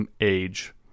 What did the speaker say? age